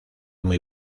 muy